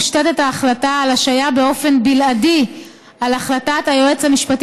ההחלטה על השעיה באופן בלעדי מושתתת על החלטת היועץ המשפטי